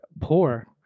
poor